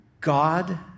God